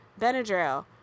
Benadryl